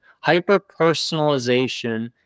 hyper-personalization